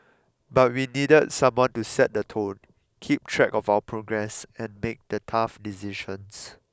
but we needed someone to set the tone keep track of our progress and make the tough decisions